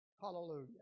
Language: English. Hallelujah